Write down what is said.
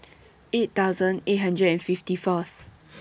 eight thousand eight hundred and fifty First